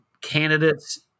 candidates